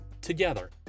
together